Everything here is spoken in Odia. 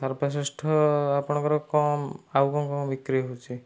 ସର୍ବଶ୍ରେଷ୍ଠ ଆପଣଙ୍କର କ'ଣ ଆଉ କ'ଣ କ'ଣ ବିକ୍ରି ହେଉଛି